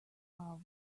are